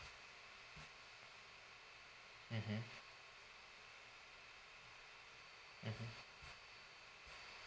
mmhmm mmhmm